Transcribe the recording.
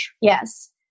Yes